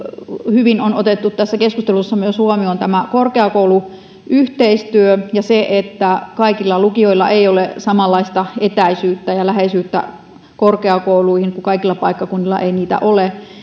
hyvin on otettu tässä keskustelussa huomioon myös korkeakouluyhteistyö ja se että kaikilla lukiolla ei ole samanlaista etäisyyttä ja läheisyyttä korkeakouluihin kun kaikilla paikkakunnilla ei niitä ole